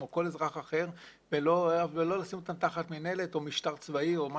כמו כל אזרח אחר ולא לשים אותם תחת מינהלת או משטר צבאי.